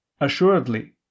Assuredly